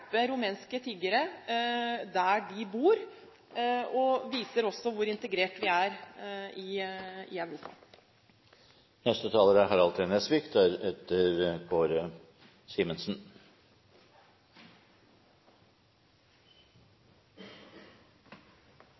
tiggere der de bor, og det viser også hvor integrert vi er i Europa.